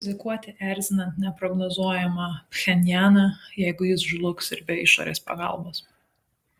kam rizikuoti erzinant neprognozuojamą pchenjaną jeigu jis žlugs ir be išorės pagalbos